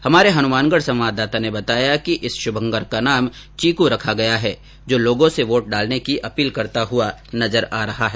हमारे हनुमानगढ़ संवाददाता ने बताया कि इस शुभकर का नाम चिंकू रखा गया है जो लोगों से वोट डालने की अपील करता हुआ नजर आ रहा है